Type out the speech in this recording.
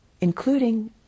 including